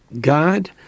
God